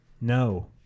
no